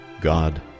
God